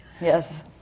Yes